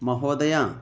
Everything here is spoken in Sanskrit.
महोदय